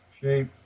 shape